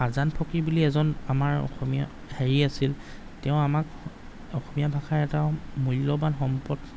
আজান ফকীৰ বুলি এজন আমাৰ অসমীয়া হেৰি আছিল তেওঁ আমাক অসমীয়া ভাষাৰ এটা মূল্যৱান সম্পদ